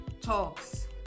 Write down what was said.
talks